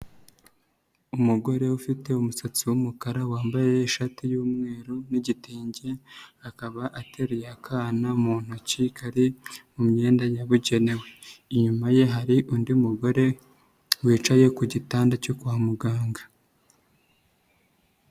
Umugore ufite umusatsi w'umukara, wambaye ishati y'umweru n'igitenge, akaba ateruye akana mu ntoki kari mu myenda yabugenewe. Inyuma ye hari undi mugore, wicaye ku gitanda cyo kwa muganga.